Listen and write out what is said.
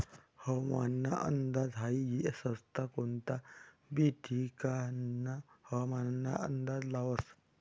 हवामानना अंदाज हाई संस्था कोनता बी ठिकानना हवामानना अंदाज लावस